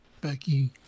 Becky